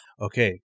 Okay